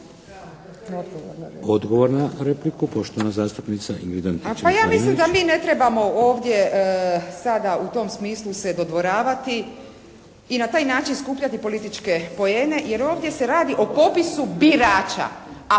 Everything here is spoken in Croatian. Marinović. **Antičević Marinović, Ingrid (SDP)** Pa ja mislim da mi ne trebamo ovdje sada u tom smislu se dodvoravati i na taj način skupljati političke poene, jer ovdje se radi o popisu birača.